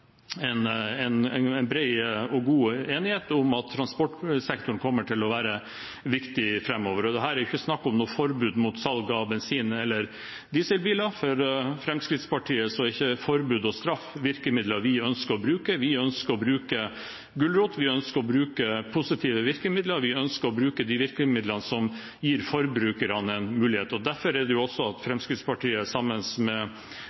og god enighet om at transportsektoren kommer til å være viktig framover. Det er jo ikke snakk om noe forbud mot salg av bensin- eller dieselbiler. Forbud og straff er ikke virkemidler Fremskrittspartiet ønsker å bruke. Vi ønsker å bruke gulrot. Vi ønsker å bruke positive virkemidler. Vi ønsker å bruke de virkemidlene som gir forbrukerne en mulighet. Det er også derfor